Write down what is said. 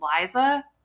Liza